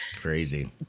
Crazy